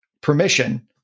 permission